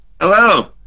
Hello